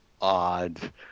odd